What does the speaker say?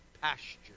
pasture